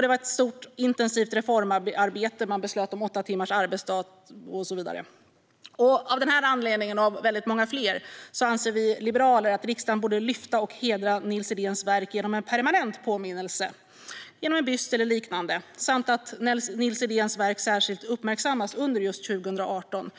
skedde ett stort och intensivt reformarbete - man beslöt om åtta timmars arbetsdag och så vidare. Av denna anledning, och av väldigt många fler, anser vi liberaler att riksdagen borde lyfta fram och hedra Nils Edéns verk genom en permanent påminnelse - en byst eller liknande - samt att Nils Edéns verk särskilt ska uppmärksammas under 2018.